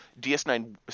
ds9